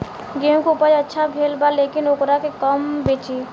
गेहूं के उपज अच्छा भेल बा लेकिन वोकरा के कब बेची?